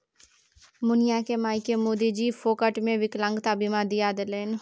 मुनिया मायकेँ मोदीजी फोकटेमे विकलांगता बीमा दिआ देलनि